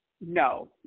no